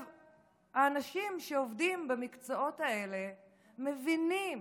האנשים שעובדים במקצועות האלה מבינים,